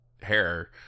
hair